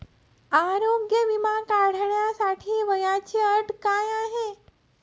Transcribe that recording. आरोग्य विमा काढण्यासाठी वयाची अट काय आहे?